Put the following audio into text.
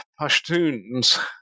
Pashtuns